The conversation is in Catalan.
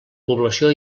població